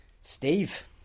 Steve